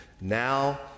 Now